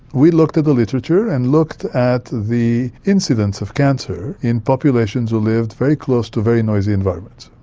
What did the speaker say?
we looked at the literature and looked at the incidence of cancer in populations who lived very close to very noisy environments,